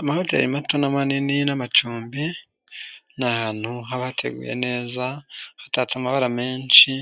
Amahoteri mato n' manini n'amacumbi, ni ahantu haba hateguye neza, hatatse amabara menshi,